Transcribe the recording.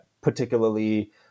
particularly